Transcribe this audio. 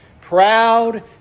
proud